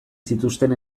zituzten